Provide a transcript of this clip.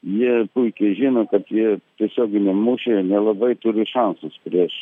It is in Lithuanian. jie puikiai žino kad jie tiesioginiam mūšyje nelabai turi šansus prieš